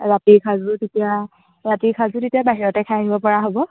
ৰাতিৰ সাঁজো তেতিয়া ৰাতিৰ সাঁজো তেতিয়া বাহিৰতে খাই আহিব পৰা হ'ব